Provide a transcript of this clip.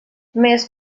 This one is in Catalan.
més